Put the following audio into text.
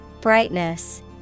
Brightness